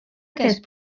aquest